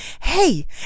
Hey